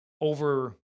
over